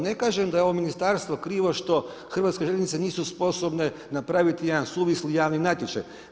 Ne kažem da je ovo Ministarstvo krivo što Hrvatske željeznice nisu sposobne napraviti jedan suvisli javni natječaj.